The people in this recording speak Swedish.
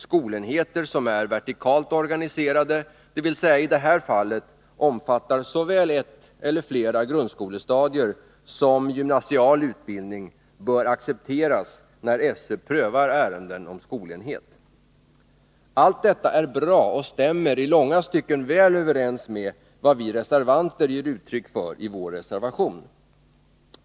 Skolenheter som är vertikalt organiserade, dvs. i det här fallet omfattar såväl ett eller flera grundskolestadier som gymnasial utbildning, bör accepteras när skolöverstyrelsen prövar ärenden om skolenhet. Allt detta är bra och stämmer i långa stycken väl överens med vad vi reservanter ger uttryck för i vår reservation.